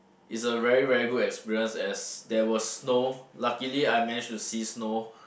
it's a very very good experience as there was snow luckily I managed to see snow